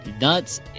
nuts